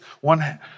one